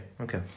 okay